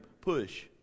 PUSH